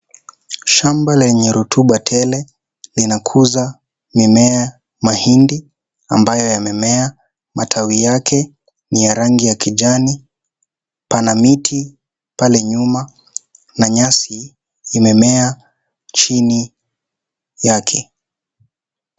Shamba lenye rutuba tele linakuza mimea mahindi ambayo yamemea matawi yake ni ya rangi ya kijani pana miti pale nyuma na nyasi imemea chini yake.